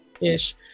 ish